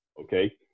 okay